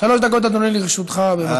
שלוש דקות, אדוני, לרשותך, בבקשה.